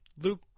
Luke